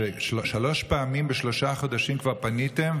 זה ששלוש פעמים בשלושה חודשים כבר פניתם,